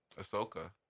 Ahsoka